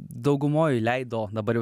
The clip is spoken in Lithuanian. daugumoj leido dabar jau